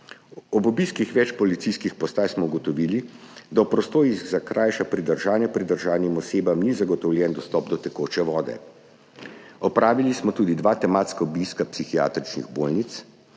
Ob obiskih več policijskih postaj smo ugotovili, da v prostorih za krajša pridržanja pridržanim osebam ni zagotovljen dostop do tekoče vode. Opravili smo tudi dva tematska obiska psihiatričnih bolnic.